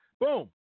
Boom